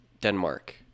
denmark